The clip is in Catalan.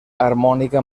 harmònica